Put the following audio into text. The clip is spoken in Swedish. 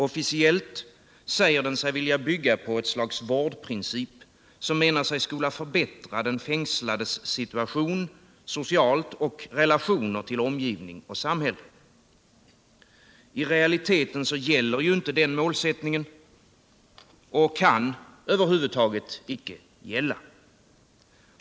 Officiellt säger den sig vilja bygga på ett slags vårdprincip, som menar sig skola förbättra den fängslades situation socialt och dennes relationer till samhället. I realiteten gäller inte den målsättningen, och den kan över huvud taget icke gälla.